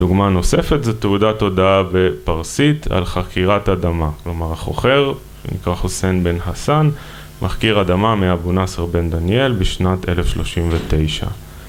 דוגמה נוספת זו תעודת הודעה פרסית על חכירת אדמה כלומר החוכר נקרא חוסיין בן הסן מחכיר אדמה מאבו נאסר בן דניאל בשנת 1039